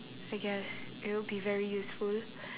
I guess it would be very useful